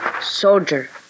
Soldier